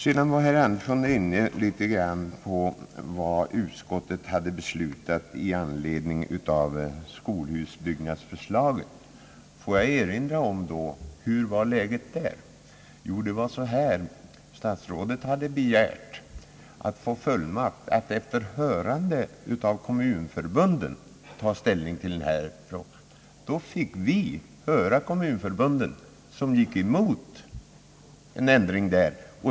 Herr Andersson kom något in på vad utskottet hade beslutat i anledning av skolhusbyggnadsförslaget. Jag vill då fråga, hur läget var där. Jo, där var det så att statsrådet hade begärt att få fullmakt att efter hörande av kommunförbunden ta ställning till denna fråga. Vi fick då höra kommunförbunden, som gick emot en ändring.